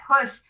push